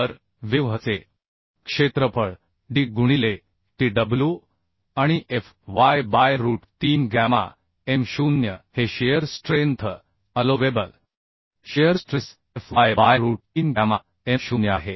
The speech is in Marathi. तर वेव्ह चे क्षेत्रफळ D गुणिले Tw आणि Fyबाय रूट 3 गॅमा M 0 हे shear strength allowable shear stress Fy by root 3 gamma M 0 आहे